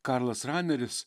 karlas raneris